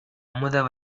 அமுத